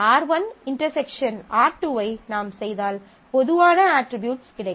R1 ∩ R2 ஐ நாம் செய்தால் பொதுவான அட்ரிபியூட்ஸ் கிடைக்கும்